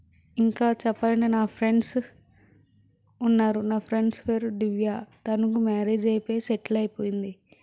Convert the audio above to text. ఇంకా చెప్పాలంటే నా ఫ్రెండ్స్ ఉన్నారు నా ఫ్రెండ్స్ పేరు దివ్య తనకి మ్యారేజ్ అయిపోయి సెటిల్ అయిపోయింది